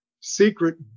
secret